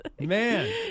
Man